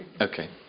Okay